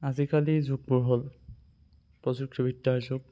আজিকালিৰ যুগটো হ'ল প্ৰযুক্তিবিদ্যাৰ যুগ